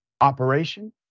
operation